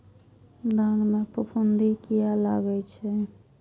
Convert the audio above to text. धान में फूफुंदी किया लगे छे?